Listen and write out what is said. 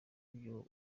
iby’ubwo